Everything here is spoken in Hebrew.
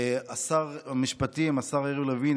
שר המשפטים השר יריב לוין,